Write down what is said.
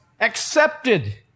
accepted